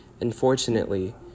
Unfortunately